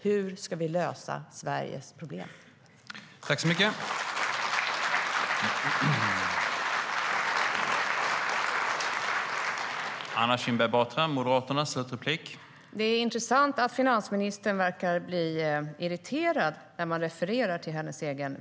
Hur ska vi lösa Sveriges problem?